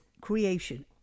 creation